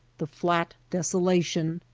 the flat desolation,